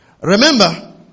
Remember